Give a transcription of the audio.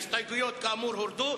ההסתייגויות הורדו.